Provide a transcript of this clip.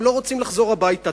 הם לא רוצים לחזור הביתה,